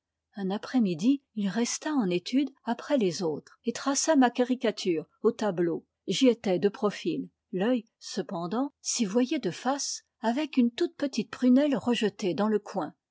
un après midi il resta en étude après les autres et traça ma caricature au tableau j'y étais de profil l'œil cependant s'y voyait de face avec une toute petite prunelle rejetée dans le coin